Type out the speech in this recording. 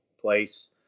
place